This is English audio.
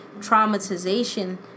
traumatization